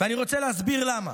ואני רוצה להסביר למה: